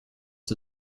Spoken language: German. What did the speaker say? der